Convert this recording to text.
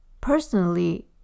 Personally